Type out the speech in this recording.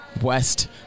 west